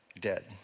dead